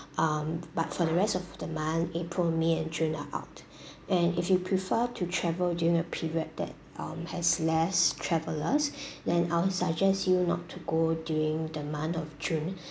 um but for the rest of the month april may and june are out and if you prefer to travel during a period that um has less travellers then I'll suggest you not to go during the month of june